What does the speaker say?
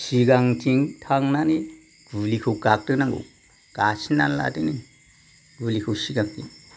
सिगांथिं थांनानै गुलिखौ गागदोनांगौ गासिनना लादो नोङो गुलिखौ सिगांथिं